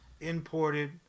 imported